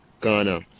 Ghana